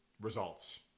results